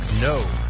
No